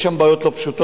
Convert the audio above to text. יש שם בעיות לא פשוטות.